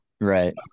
right